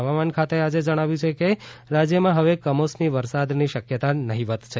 હવામાન ખાતાએ આજે જણાવ્યું છે કે રાજ્યમાં હવે કમોસમી વરસાદની શકયતા નહિવત છે